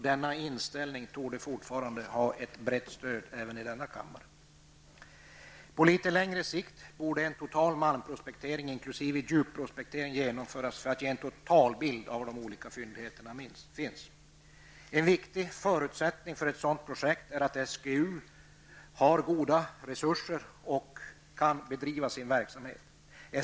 Denna inställning torde fortfarande ha ett brett stöd. På litet längre sikt borde en total malmprospektering inkl. djupprospektering genomföras för att ge en totalbild av var olika fyndigheter finns. En viktig förutsättning för ett sådant projekt är att SGU har goda resurser och kan bedriva sin verksamhet.